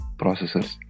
processors